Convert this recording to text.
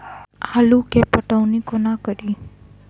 आलु केँ पटौनी कोना कड़ी?